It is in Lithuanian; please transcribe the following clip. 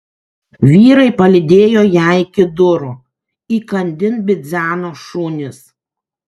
vyrai palydėjo ją iki durų įkandin bidzeno šunys